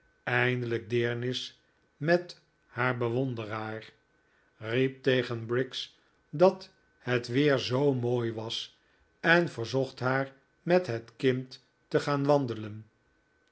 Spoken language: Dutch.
eindelijk deernis met haar bewonderaar riep tegen briggs dat het weer zoo mooi was en verzocht haar met het kind te gaan wandelen